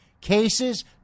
Cases